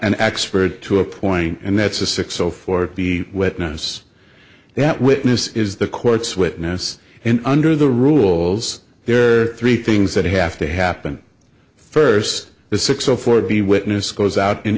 an expert to appoint and that's a six so for the witness that witness is the court's witness and under the rules there are three things that have to happen first is six so for the witness goes out